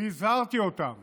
והזהרתי אותם